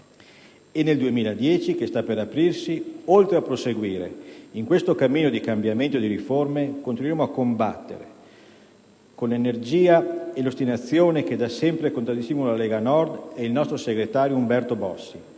E nel 2010 che sta per iniziare, oltre a proseguire in questo cammino di cambiamento e di riforme, continueremo a combattere, con l'energia e l'ostinazione che da sempre contraddistinguono noi della Lega Nord e il nostro segretario Umberto Bossi,